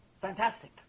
fantastic